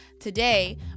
today